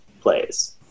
plays